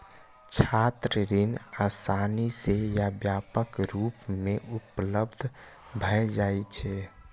छात्र ऋण आसानी सं आ व्यापक रूप मे उपलब्ध भए जाइ छै